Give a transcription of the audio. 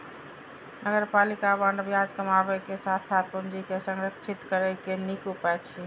नगरपालिका बांड ब्याज कमाबै के साथ साथ पूंजी के संरक्षित करै के नीक उपाय छियै